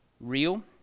real